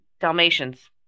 Dalmatians